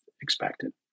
expected